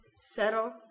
settle